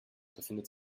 befindet